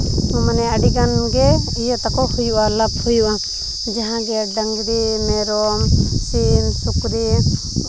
ᱢᱟᱱᱮ ᱟᱹᱰᱤᱜᱟᱱ ᱜᱮ ᱤᱭᱟᱹ ᱛᱟᱠᱚ ᱦᱩᱭᱩᱜᱼᱟ ᱞᱟᱵᱽ ᱦᱩᱭᱩᱜᱼᱟ ᱡᱟᱦᱟᱸ ᱜᱮ ᱰᱟᱝᱨᱤ ᱢᱮᱨᱚᱢ ᱥᱤᱢ ᱥᱩᱠᱨᱤ